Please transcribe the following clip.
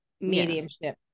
mediumship